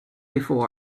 before